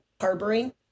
harboring